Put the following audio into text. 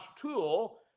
tool